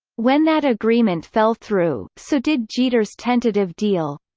when that agreement fell through, so did jeter's tentative deal.